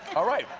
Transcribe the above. all right,